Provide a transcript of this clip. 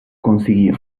consiguió